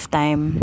time